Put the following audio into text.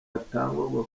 yatangwaga